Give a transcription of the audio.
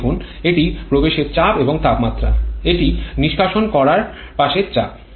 এটি দেখুন এটি প্রবেশের চাপ এবং তাপমাত্রা এটি নিষ্কাশন করার পাশের চাপ